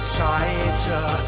tighter